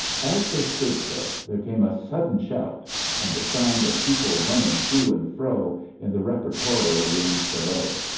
as they stood so, there came a sudden shout and the sound of people running to and fro in the reportorial rooms below.